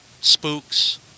spooks